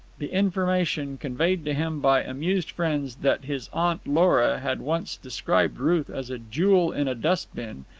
the information, conveyed to him by amused friends, that his aunt lora had once described ruth as a jewel in a dust-bin,